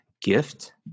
gift